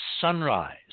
sunrise